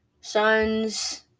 sons